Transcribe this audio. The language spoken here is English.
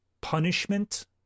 punishment